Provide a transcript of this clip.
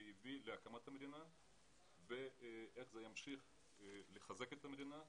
שהביא להקמת המדינה ואיך זה ימשיך לחזק את המדינה,